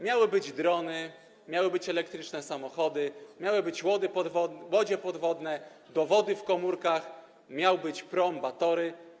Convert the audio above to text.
Miały być drony, miały być elektryczne samochody, miały być łodzie podwodne, dowody w komórkach, miał być prom „Batory”